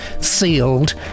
sealed